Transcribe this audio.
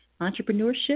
Entrepreneurship